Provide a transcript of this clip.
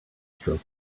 stroke